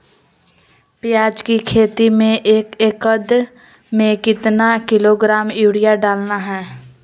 प्याज की खेती में एक एकद में कितना किलोग्राम यूरिया डालना है?